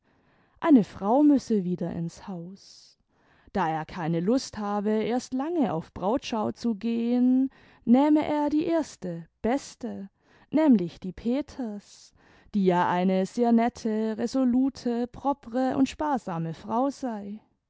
eine frau müsse wieder ins haus da er keine lust habe erst lange auf brautschau zu gehen nähme er die erste beste nämlich die peters die ja eine sehr nette resolute propre und sparsame frau sei